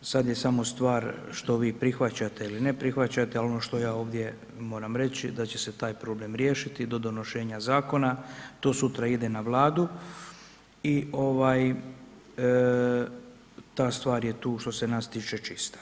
Sad je samo stvar što vi prihvaćate ili ne prihvaćate ali ono što ja ovdje moram reći, da će se taj problem riješiti do donošenja zakona, to sutra ide na Vladu i ta stvar je tu što se nas tiče čista.